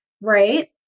Right